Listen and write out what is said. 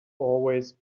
always